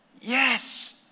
Yes